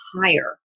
higher